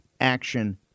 action